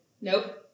Nope